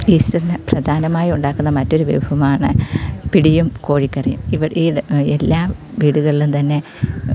ഈസ്റ്ററിന് പ്രധാനമായും ഉണ്ടാക്കുന്ന മറ്റൊരു വിഭവമാണ് പിടിയും കോഴിക്കറിയും ഇവ ഈ ഇത് എല്ലാ വീടുകളിലും തന്നെ